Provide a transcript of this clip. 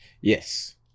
Yes